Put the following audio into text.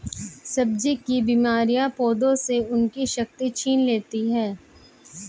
सब्जी की बीमारियां पौधों से उनकी शक्ति छीन लेती हैं